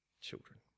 children